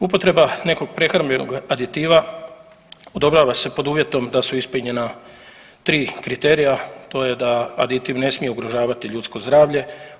Upotreba nekog prehrambenog aditiva odobrava se pod uvjetom da su ispunjena tri kriterija, to je da aditiv ne smije ugrožavati ljudsko zdravlje.